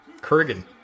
Kurgan